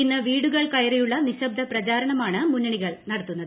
ഇന്ന് വീടുകൾ കയറിയുള്ള നിശബ്ദ പ്രചാരണമാണ് മുന്നണികൾ നടത്തുന്നത്